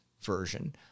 version